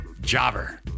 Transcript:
Jobber